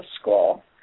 school